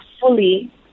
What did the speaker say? fully